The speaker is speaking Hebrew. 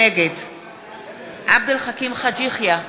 נגד עבד אל חכים חאג' יחיא,